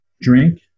drink